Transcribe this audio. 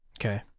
Okay